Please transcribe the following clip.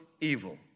evil